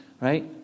Right